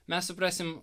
mes suprasim